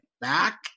back